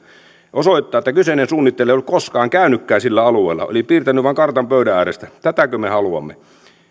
osoittaa että kyseinen suunnittelija ei ollut koskaan käynytkään sillä alueella oli piirtänyt vain kartan pöydän ääressä tätäkö me haluamme